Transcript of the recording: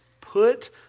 put